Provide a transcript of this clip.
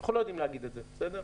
אנחנו לא יודעים להגיד את זה, בסדר?